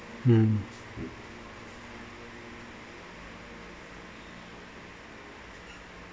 mm